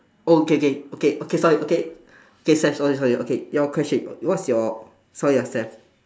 oh K K okay okay sorry okay okay saif sorry sorry okay your question what's your sorry ah saif